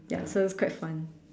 ya so quite fun